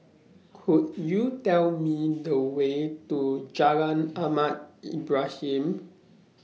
Could YOU Tell Me The Way to Jalan Ahmad Ibrahim